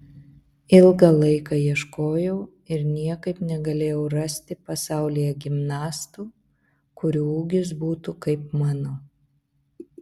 ilgą laiką ieškojau ir niekaip negalėjau rasti pasaulyje gimnastų kurių ūgis būtų kaip mano